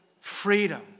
freedom